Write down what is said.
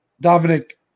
Dominic